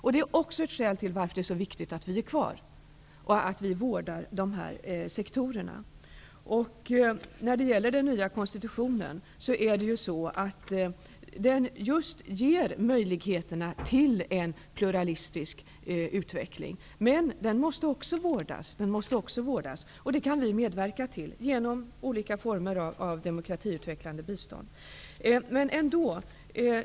Det är också ett viktigt skäl till att vi skall vara kvar och vårda de här sektorerna. Den nya konstitutionen ger just möjligheter till en pluralistisk utveckling. Men den måste också vårdas, och det kan vi medverka till genom olika former av demokratiutvecklande bistånd.